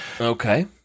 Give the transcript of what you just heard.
Okay